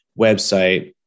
website